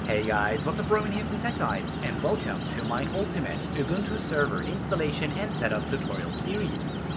hey guys what's up roman here from techguides and welcome to my ultimate ubuntu server installation and setup tutorial series!